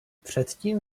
předtím